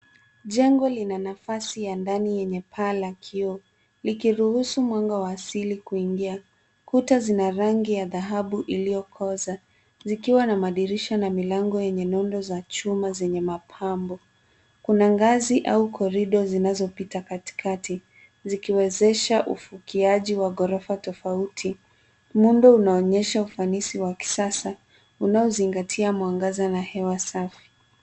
Jengo lina nafasi ya ndani yenye paa la kioo, likiruhusu mwanga wa asili kuingia. Kuta zina rangi ya dhahabu iliyokoza zikiwa na madirisha na milango yenye nondo za chuma zenye mapambo. Kuna ngazi au korido zinazopita katikati zikiwezesha ufukiaji wa ghorofa tofauti. Muundo unaonyesha ufanisi wa kisasa, unaozingatia mwangaza na hewa safi.